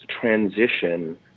transition